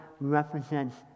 represents